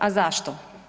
A zašto?